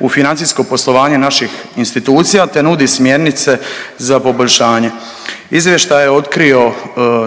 u financijsko poslovanje naših institucija, te nudi smjernice za poboljšanje. Izvještaj je otkrio